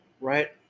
right